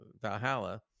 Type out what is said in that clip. Valhalla